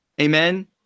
Amen